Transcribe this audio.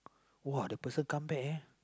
uh the person come back ah